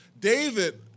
David